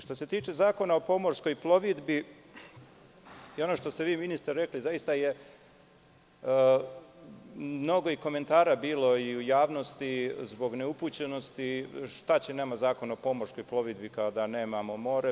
Što se tiče Zakona o pomorskoj plovidbi i onoga što ste vi ministre rekli, zaista je mnogo komentara bilo u javnosti zbog neupućenosti - šta će nama Zakon o pomorskoj plovidbi kada nemamo more?